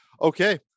okay